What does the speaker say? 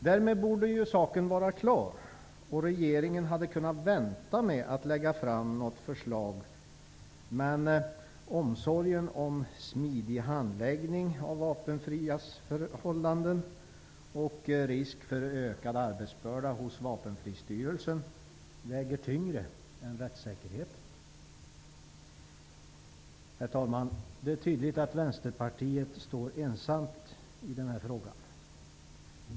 Därmed borde saken vara klar, och regeringen hade kunnat vänta med att lägga fram något förslag, men omsorgen om en smidig handläggning av de vapenfrias förhållanden och risk för ökad arbetsbörda hos Vapenfristyrelsen väger tyngre än rättssäkerheten. Herr talman! Det är tydligt att Vänsterpartiet står ensamt i denna fråga.